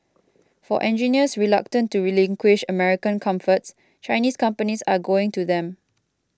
for engineers reluctant to relinquish American comforts Chinese companies are going to them